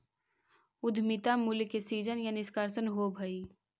उद्यमिता मूल्य के सीजन या निष्कर्षण होवऽ हई